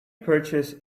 purchase